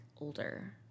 older